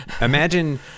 Imagine